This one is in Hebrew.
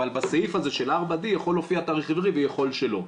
אבל בסעיף הזה של 4d יכול להופיע תאריך עברי ויכול שלא.